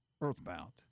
earthbound